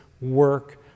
work